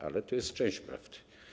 Ale to jest część prawdy.